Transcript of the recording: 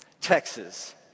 Texas